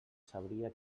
sabria